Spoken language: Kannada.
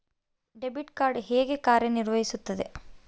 ಡೆಬಿಟ್ ಕಾರ್ಡ್ ಹೇಗೆ ಕಾರ್ಯನಿರ್ವಹಿಸುತ್ತದೆ?